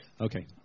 Okay